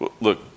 Look